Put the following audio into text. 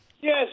Yes